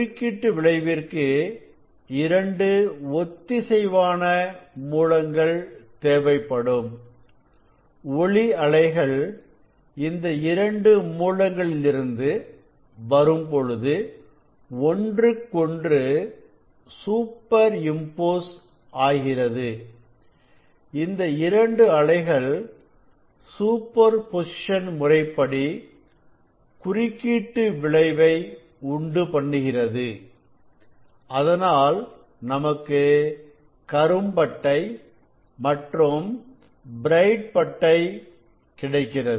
குறுக்கீட்டு விளைவிற்கு இரண்டு ஒத்திசைவான மூலங்கள் தேவைப்படும் ஒளி அலைகள் இந்த இரண்டு மூலங்களிலிருந்து வரும் பொழுது ஒன்றுக்கொன்று சூப்பர் இம்போஸ் ஆகிறது இந்த இரண்டு அலைகள் சூப்பர் பொசிஷன் முறைப்படி குறுக்கீட்டு விளைவு உண்டுபண்ணுகிறது அதனால் நமக்கு கரும் பட்டை மற்றும் பிரைட் பட்டை கிடைக்கிறது